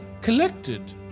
collected